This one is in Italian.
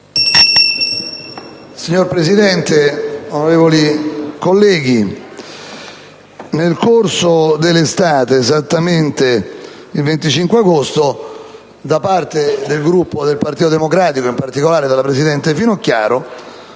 Signora Presidente, onorevoli colleghi, nel corso dell'estate, esattamente il 25 agosto, da parte del Gruppo del Partito Democratico, in particolare dalla presidente Finocchiaro,